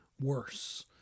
worse